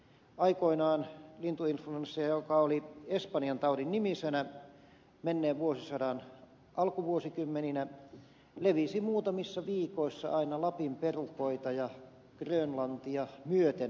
aikoinaan lintuinfluenssa joka oli espanjantaudin nimisenä menneen vuosisadan alkuvuosikymmeninä levisi muutamissa viikoissa aina lapin perukoita ja grönlantia myöten